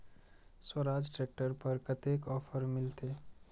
Swaraj tractor पर कतेक offer मिलते?